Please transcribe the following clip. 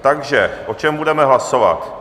Takže o čem budeme hlasovat?